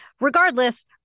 Regardless